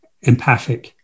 empathic